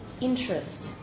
interest